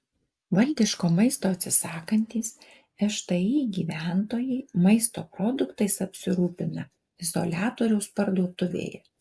valdiško maisto atsisakantys šti gyventojai maisto produktais apsirūpina izoliatoriaus parduotuvėje